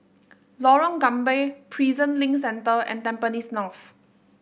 Lorong Gambir Prison Link Centre and Tampines North